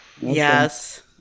yes